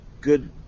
Good